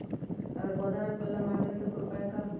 अगर पौधा में पल्ला मार देबे त औकर उपाय का होई?